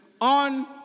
on